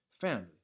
Family